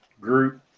group